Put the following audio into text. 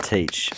Teach